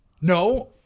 No